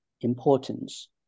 importance